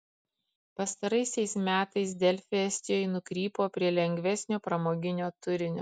pastaraisiais metais delfi estijoje nukrypo prie lengvesnio pramoginio turinio